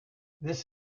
this